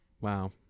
Wow